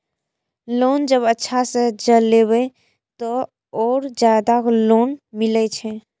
Loan जब अच्छा से चलेबे तो और ज्यादा लोन मिले छै?